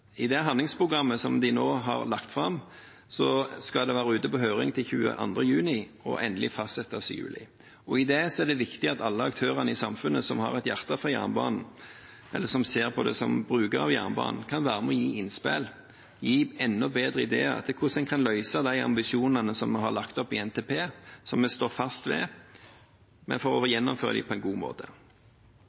brukes. Det handlingsprogrammet som de nå har lagt fram, skal være ute på høring til 22. juni og fastsettes endelig i juli. Det er det viktig at alle aktører i samfunnet som har et hjerte for jernbanen, eller som ser på det som bruker av jernbanen, kan være med og gi innspill til, komme med enda bedre ideer til hvordan en kan møte de ambisjonene som vi har lagt opp til i NTP, som vi står fast ved, for å gjennomføre dem på en god måte.